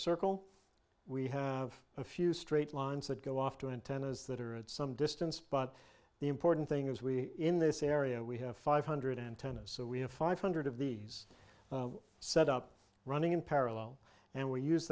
circle we have a few straight lines that go off to antennas that are at some distance but the important thing is we in this area we have five hundred antennas so we have five hundred of these set up running in parallel and we use